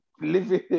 Living